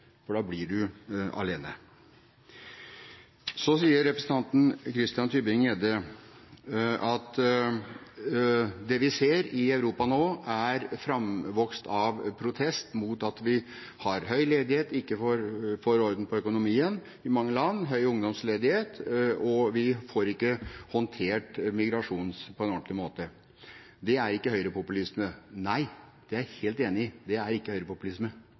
for da blir du alene. Representanten Christian Tybring-Gjedde sier at det vi ser i Europa nå, er framvekst av protest mot at vi har høy ledighet, ikke får orden på økonomien i mange land, høy ungdomsledighet, og at vi ikke får håndtert immigrasjonen på en ordentlig måte ‒ det er ikke høyrepopulisme. Nei, det er jeg helt enig i ‒ det er ikke høyrepopulisme.